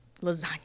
lasagna